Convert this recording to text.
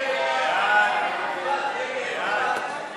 ההסתייגויות לסעיף 76,